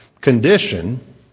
condition